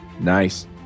Nice